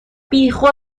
بیخود